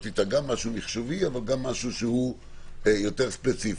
אתה גם משהו מיחשובי אבל גם משהו שהוא יותר ספציפי.